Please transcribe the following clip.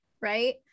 right